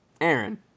Aaron